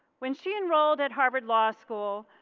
when she enrolled at harvard law school,